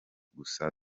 gusa